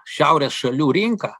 šiaurės šalių rinką